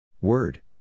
Word